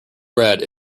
bred